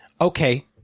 Okay